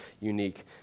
unique